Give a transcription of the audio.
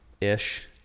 ish